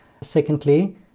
Secondly